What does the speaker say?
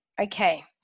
okay